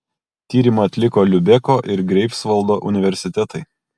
tyrimą atliko liubeko ir greifsvaldo universitetai